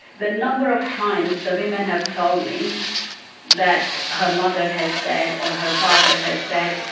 the number of times the women have told me that her mother has said or her father has said,